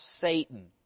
Satan